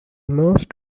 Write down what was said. most